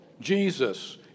Jesus